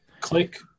Click